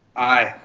aye.